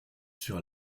sur